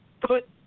put